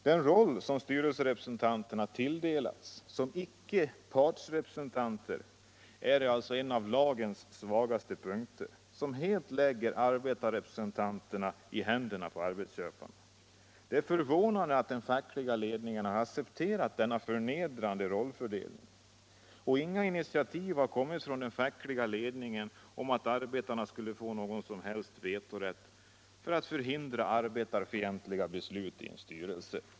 Den roll som styrelserepresentanterna tilldelats som icke partsrepresentanter är en av lagens svagaste punkter, som helt lägger arbetarrepresentanterna i händerna på arbetsköparna. Det är förvånande att den fackliga ledningen har accepterat denna förnedrande rollfördelning. Inga initiativ har kommit från den fackliga ledningen om att arbetarna skulle få någon som helst vetorätt för att förhindra arbetarfientliga beslut i en styrelse.